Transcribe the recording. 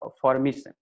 formation